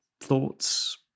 thoughts